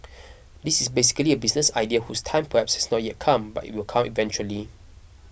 this is basically a business idea whose time perhaps has not yet come but it will come eventually